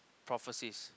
prophecies